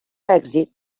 èxit